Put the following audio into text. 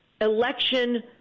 election